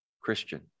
Christian